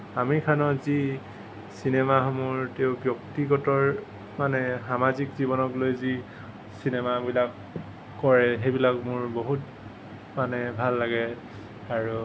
আমিৰ খানৰ যি চিনেমাসমূহৰ তেওঁৰ ব্যক্তিগতৰ মানে সামাজিক জীৱনক লৈ যি চিনেমাবিলাক কৰে সেইবিলাক মোৰ বহুত মানে ভাল লাগে আৰু